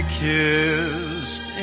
kissed